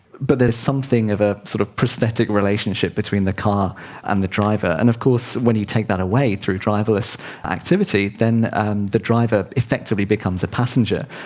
but there's something of a sort of prosthetic relationship between the car and the driver. and of course when you take that away through driverless activity, then and the driver effectively becomes a passenger,